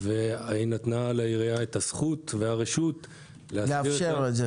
והיא נתנה לעירייה את הזכות והרשות לאפשר את זה.